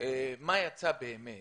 מה יצא באמת